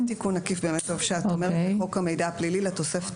טוב שאת אומרת את זה --- תיקון עקיף לחוק המידע הפלילי לתוספת